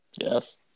Yes